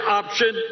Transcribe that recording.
option